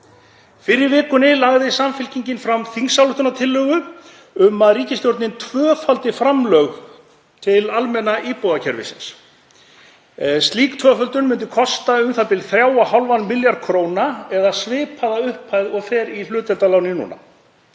Fyrr í vikunni lagði Samfylkingin fram þingsályktunartillögu um að ríkisstjórnin tvöfaldi framlög til almenna íbúðakerfisins. Slík tvöföldun myndi kosta u.þ.b. 3,5 milljarða kr., eða svipaða upphæð og fer í hlutdeildarlánin núna.